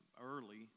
early